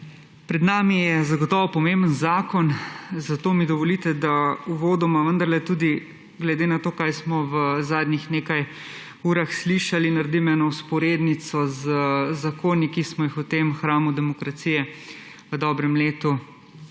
Pred nami je zagotovo pomemben zakon, zato mi dovolite, da uvodoma vendarle tudi glede na to, kar smo v zadnjih nekaj urah slišali, naredim eno vzporednico z zakoni, ki smo jih v tem hramu demokracije v dobrem letu, v